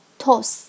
toss